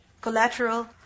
collateral